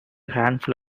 handful